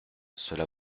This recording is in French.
cela